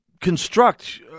construct